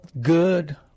good